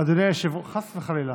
חס וחלילה.